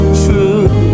true